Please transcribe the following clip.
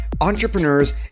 entrepreneurs